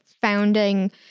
founding